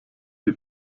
die